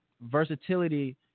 versatility